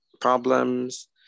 problems